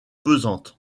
pesante